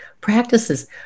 practices